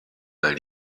weil